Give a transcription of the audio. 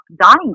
dying